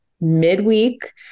midweek